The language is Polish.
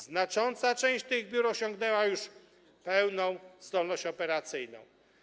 Znacząca część tych biur osiągnęła już pełną zdolność operacyjną.